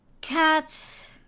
cats